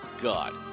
God